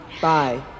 Bye